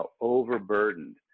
overburdened